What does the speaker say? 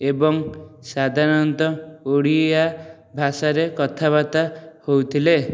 ଏବଂ ସାଧାରଣତଃ ଓଡ଼ିଆ ଭାଷାରେ କଥାବାର୍ତ୍ତା ହେଉଥିଲେ